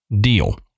deal